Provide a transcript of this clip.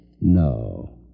No